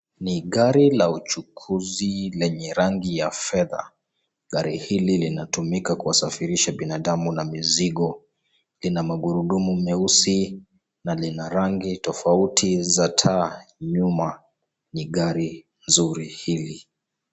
Ni gari la uchukuzi lenye rangi ya fedha. Gari hili linatumika kuwa safarisha binadamu na mizigo. Lina magurudumu meusi na lina rangi tofauti za taa nyuma, ni gari zuri hili.